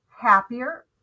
happier